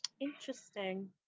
Interesting